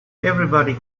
everybody